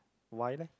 why leh